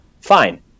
fine